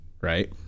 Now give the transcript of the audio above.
right